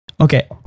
Okay